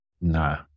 No